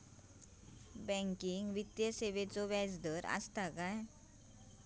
Banking वित्तीय सेवाचो व्याजदर असता काय?